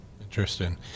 Interesting